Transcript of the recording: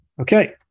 Okay